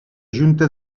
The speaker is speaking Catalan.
junta